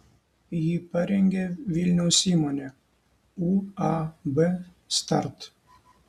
jį parengė vilniaus įmonė uab start